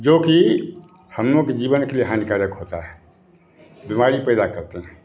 जो की हम लोग के जीवन के लिए हानिकारक होता है बीमारी पैदा करते हैं